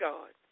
God